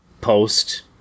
post